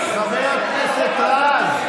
חבר הכנסת רז.